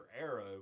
arrow